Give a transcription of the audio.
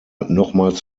nochmals